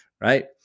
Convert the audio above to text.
right